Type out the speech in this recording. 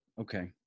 Okay